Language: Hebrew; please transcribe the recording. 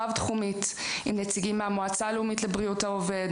רב-תחומית עם נציגים מהמועצה הלאומית לבריאות העובד.